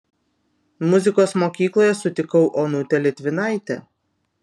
muzikos mokykloje sutikau onutę litvinaitę